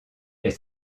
est